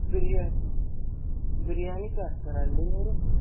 బిర్యా బిర్యాని చేస్తారా అండీ మీరు